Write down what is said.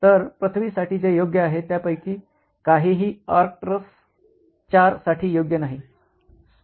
तर पृथ्वी साठी जे योग्य आहे त्यापैकी काहीही आर्क्ट्रस IV साठी योग्य नाही